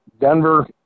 Denver